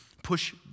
push